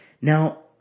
Now